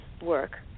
work